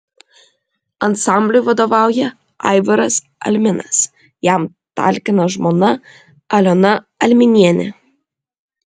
ansambliui vadovauja aivaras alminas jam talkina žmona aliona alminienė